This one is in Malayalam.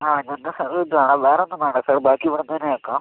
അതെ വേണം വേറെ ഒന്നും വേണ്ട സർ ബാക്കി ഇവിടെന്ന് റെഡി ആക്കാം